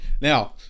Now